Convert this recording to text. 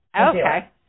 okay